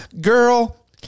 girl